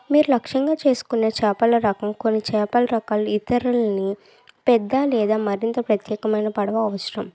మీరు లక్ష్యంగా చేసుకునే చేపల రకం కొన్ని చేపల రకాలు ఇతరులని పెద్ద లేదా మరింత ప్రత్యేకమైన పడవ అవసరం